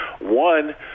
One